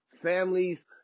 families